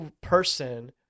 person